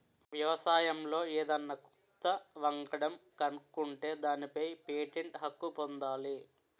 వ్యవసాయంలో ఏదన్నా కొత్త వంగడం కనుక్కుంటే దానిపై పేటెంట్ హక్కు పొందాలి